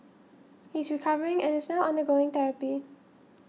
he is recovering and is now undergoing therapy